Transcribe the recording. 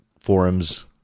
forums